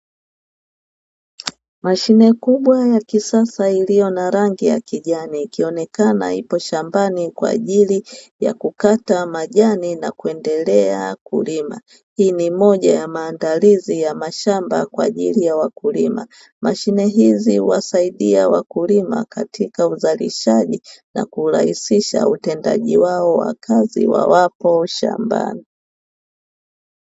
Mashine kubwa ya kisasa iliyo na rangi ya kijani, ikionekana ipo shambani kwa ajili ya kukata majani na kuendelea kulima. Hii ni moja ya maandalizi ya mashamba kwa ajili ya kilimo. Mashine hizi huwasaidia wakulima katika uzalishaji na kurahisisha utendaji wao wa kazi wawapo shambani.